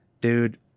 dude